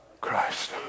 Christ